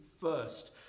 first